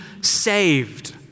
saved